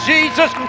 Jesus